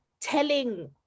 telling